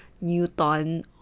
Newton